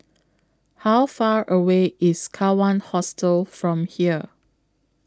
How Far away IS Kawan Hostel from here